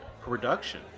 production